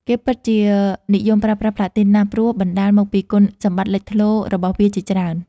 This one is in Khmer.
គេពិតជានិយមប្រើប្រាស់ផ្លាទីនណាស់ព្រោះបណ្ដាលមកពីគុណសម្បត្តិលេចធ្លោរបស់វាជាច្រើន។